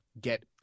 get